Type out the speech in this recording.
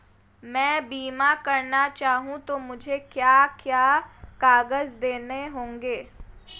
मैं बीमा करना चाहूं तो मुझे क्या क्या कागज़ देने होंगे?